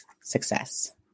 success